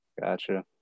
Gotcha